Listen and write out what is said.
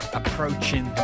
approaching